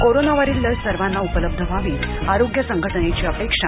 कोरोनावरील लस सर्वांना पलब्ध व्हावी आरोग्य संघटनेची अपेक्षा